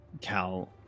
Cal